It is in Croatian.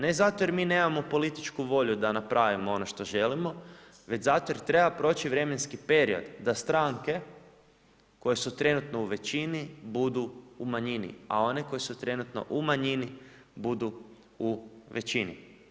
Ne zato jer mi nemamo političku volju da napravimo ono što želimo, već zato jer treba proći vremenski period da stranke koje su trenutno u većini budu u manjini, a one koje su trenutno u manjini budu u većini.